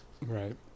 Right